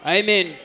Amen